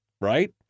right